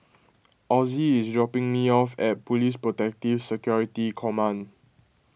Ozzie is dropping me off at Police Protective Security Command